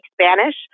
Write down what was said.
Spanish